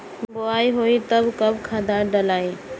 बोआई होई तब कब खादार डालाई?